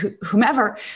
whomever